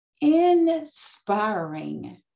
inspiring